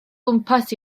gwmpas